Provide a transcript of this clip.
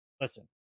Listen